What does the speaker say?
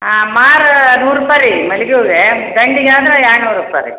ಹಾಂ ಮಾರು ನೂರು ರೂಪಾಯಿ ರೀ ಮಲ್ಗೆ ಹೂವಿಗೇ ದಂಡೆಗೆ ಆದ್ರ ಎರಡು ನೂರು ರೂಪಾಯಿ ರೀ